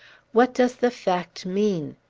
what does the fact mean?